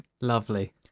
Lovely